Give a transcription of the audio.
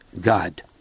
God